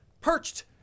perched